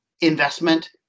investment